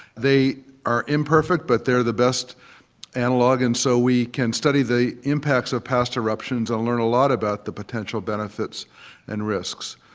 they are imperfect but they are the best analogue, and so we can study the impacts of past eruptions and learn a lot about the potential benefits and risks.